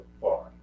far